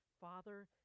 father